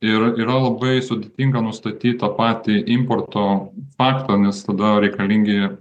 ir yra labai sudėtinga nustatyt tą pati importo faktą nes tada reikalingi